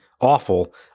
awful